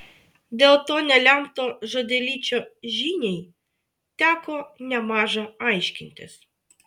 dėl to nelemto žodelyčio žiniai teko nemaža aiškintis